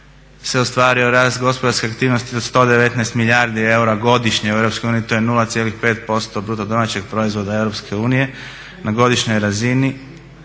se ostvario rast gospodarskih aktivnosti od 119 milijardi eura godišnje u Europskoj uniji, to je 0,5% bruto domaćeg proizvoda Europske unije na godišnjoj razini.